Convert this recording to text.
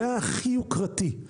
זה היה הכי יוקרתי.